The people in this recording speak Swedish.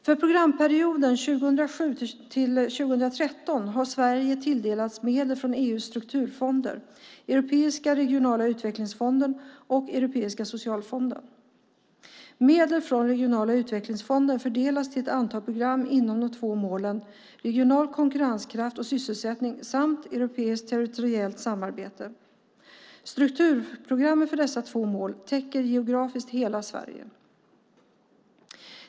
För programperioden 2007-2013 har Sverige tilldelats medel från EU:s strukturfonder, Europeiska regionala utvecklingsfonden och Europeiska socialfonden. Medel från Regionala utvecklingsfonden fördelas till ett antal program inom de två målen Regional konkurrenskraft och sysselsättning samt Europeiskt territoriellt samarbete. Strukturprogrammen för dessa två mål täcker geografiskt hela Sverige.